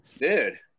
Dude